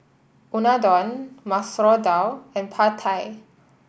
Unadon Masoor Dal and Pad Thai